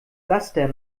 laster